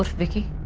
vicky.